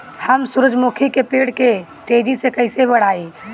हम सुरुजमुखी के पेड़ के तेजी से कईसे बढ़ाई?